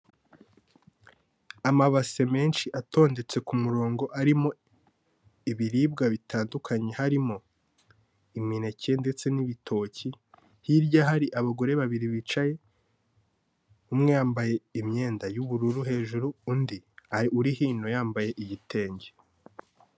Amabase menshi atondetse ku murongo arimo ibiribwa bitandukanye, harimo imineke ndetse n'ibitoki, hirya hari abagore babiri bicaye, umwe yambaye imyenda y'ubururu hejuru undi uri hino yambaye igitenge.